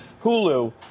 Hulu